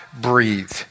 breathe